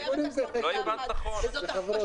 לא הבנת נכון.